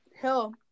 Hell